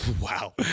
Wow